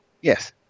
Yes